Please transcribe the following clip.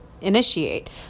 initiate